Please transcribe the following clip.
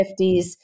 50s